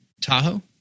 tahoe